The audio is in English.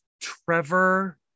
Trevor